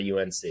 UNC